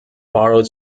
borrowed